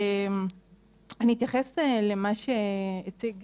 אני אתייחס למה שהציג